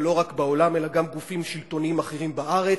ולא רק בעולם אלא גם גופים שלטוניים אחרים בארץ,